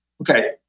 okay